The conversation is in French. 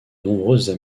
nombreuses